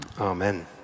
Amen